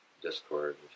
Discord